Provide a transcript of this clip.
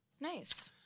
nice